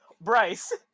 Bryce